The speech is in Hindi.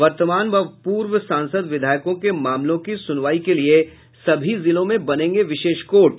वर्तमान व पूर्व सांसद विधायकों के मामलों की सुनवाई के लिये सभी जिलों में बनेंगे विशेष कोर्ट